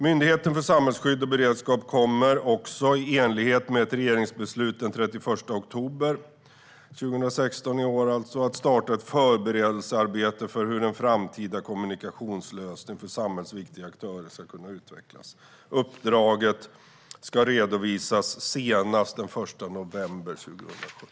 Myndigheten för samhällsskydd och beredskap kommer också, i enlighet med ett regeringsbeslut den 31 oktober 2016, att starta ett förberedelsearbete för hur en framtida kommunikationslösning för samhällsviktiga aktörer ska kunna utvecklas. Uppdraget ska redovisas senast den 1 november 2017.